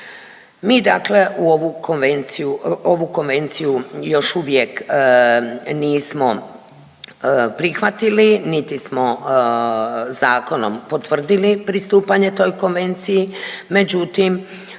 konvenciju, ovu konvenciju još uvijek nismo prihvatili niti smo zakonom potvrdili pristupanje toj konvenciji, međutim